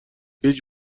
هیچ